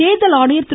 தேர்தல் ஆணையர் திரு